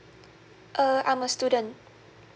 uh I'm a student